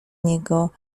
niego